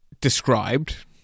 described